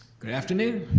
good afternoon,